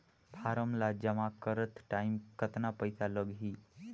Form ला जमा करत टाइम कतना पइसा लगही?